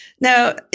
Now